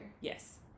yes